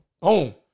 boom